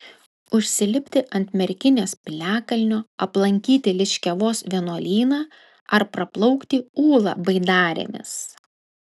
užsilipti ant merkinės piliakalnio aplankyti liškiavos vienuolyną ar praplaukti ūlą baidarėmis